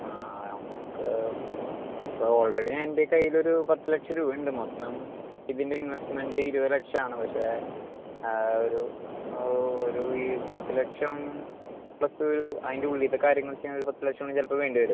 ആ നമുക്ക് ഇപ്പോൾ ഓൾറെഡി എൻ്റെ കൈലൊരു പത്ത് ലക്ഷം രൂപയുണ്ട് മൊത്തം ഇതിൻ്റെ ഇൻവെസ്റ്റ്മൻറ്റ് ഇരുപത് ലക്ഷമാണ് പക്ഷേ ഒരു ഒരു പത്ത് ലക്ഷം പ്ലസ്സൊരു അതിൻ്റെയുള്ളിയത്തെ കാര്യങ്ങളൊക്കെയൊരു പത്ത് ലക്ഷം കൂടെ ചിലപ്പം വേണ്ടി വരും